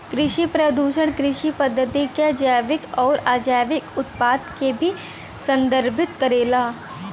कृषि प्रदूषण कृषि पद्धति क जैविक आउर अजैविक उत्पाद के भी संदर्भित करेला